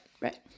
right